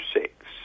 six